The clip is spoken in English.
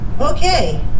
okay